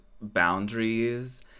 boundaries